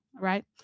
Right